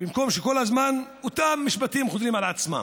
במקום שכל הזמן אותם משפטים יחזרו על עצמם.